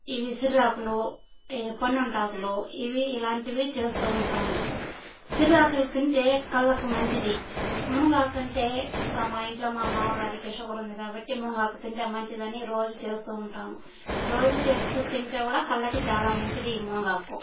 ఇవి సిర్రాకులు పొన్నంటిఆకులు ఇవి ఇలాంటివి చేస్తూ ఉంటాను సిర్రాకులు తింటే కళ్ళకు మంచిది మునగాకు అంటే మా ఇంట్లో మా మామగారికి షుగర్ ఉంది కాబట్టి మునగాకు తింటే మంచిదని రోజు చేస్తూ ఉంటాను రోజు చేస్తూ తింటే కూడా కళ్ళకు చాలా మంచిది ఈ మునగాకు